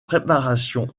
préparations